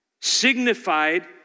signified